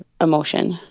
emotion